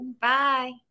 Bye